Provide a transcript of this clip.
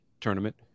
tournament